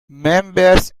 members